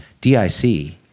DIC